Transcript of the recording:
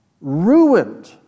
ruined